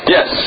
Yes